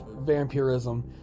vampirism